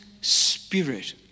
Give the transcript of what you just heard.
spirit